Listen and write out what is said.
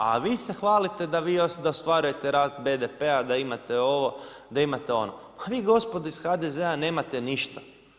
A vi se hvalite da ostvarujete rast BDP-a da imate ovo, da imate ono, ha vi gospodo iz HDZ-a nemate ništa.